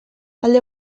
alde